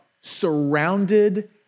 surrounded